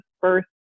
first